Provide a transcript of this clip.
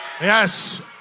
Yes